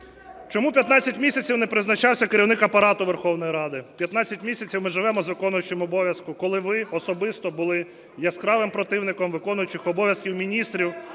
Чому 15 місяців не призначався Керівник Апарату Верховної Ради? 15 місяців ми живемо з виконуючим обов'язки, коли ви особисто були яскравим противником виконуючих обов'язків міністрів,